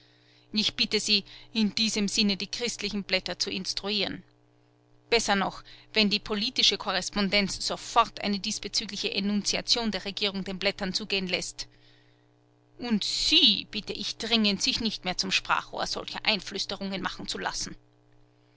ich bitte sie in diesem sinne die christlichen blätter zu instruieren besser noch wenn die politische korrespondenz sofort eine diesbezügliche enunziation der regierung den blättern zugehen läßt und sie bitte ich dringend sich nicht mehr zum sprachrohr solcher einflüsterungen machen zu lassen